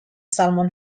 salmon